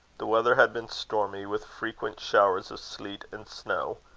the weather had been stormy, with frequent showers of sleet and snow.